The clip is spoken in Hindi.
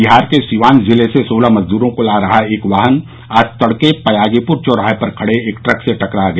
बिहार के सीवान जिले से सोलह मजदूरों को ला रहा एक वाहन आज तडके पयागीपुर चौराहे पर खडे एक ट्रक से टकरा गया